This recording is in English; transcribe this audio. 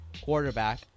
quarterback